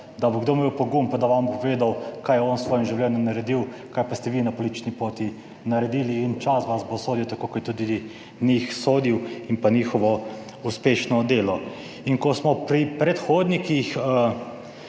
da bo kdo imel pogum pa da vam bo povedal, kaj je on s svojim življenjem naredil, kaj pa ste vi na politični poti naredili. In čas vas bo sodil, tako kot je tudi njih sodil in pa njihovo uspešno delo. In ko smo pri predhodnikih,